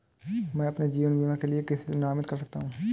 मैं अपने जीवन बीमा के लिए किसे नामित कर सकता हूं?